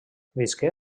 visqué